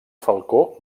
falcó